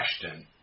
question